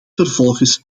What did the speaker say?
vervolgens